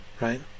Right